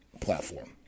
platform